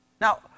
Now